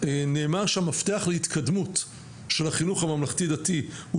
נאמר שהמפתח להתקדמות של החינוך הממלכתי-דתי הוא